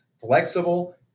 flexible